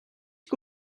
que